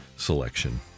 Selection